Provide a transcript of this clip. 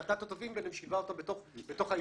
קלטה את הטובים ושילבה אותם בתוך האיגודים